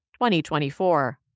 2024